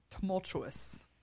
tumultuous